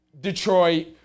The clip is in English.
Detroit